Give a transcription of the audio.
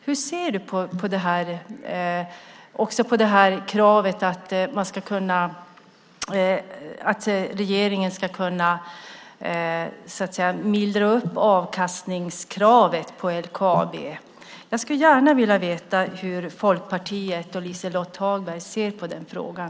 Hur ser du också på kravet att regeringen ska kunna mildra avkastningskravet på LKAB? Jag skulle gärna vilja veta hur Folkpartiet och Liselott Hagberg ser på frågan.